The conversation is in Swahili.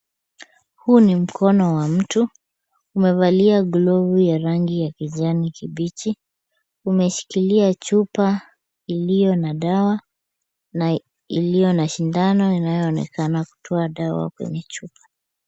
Huu ni mkono wa mtu. Umevalia glovu ya rangi ya kijani kibichi. Umeshikilia chupa iliyo na dawa na iliyo na sindano inayoonekana kutoa dawa kwenye chupa.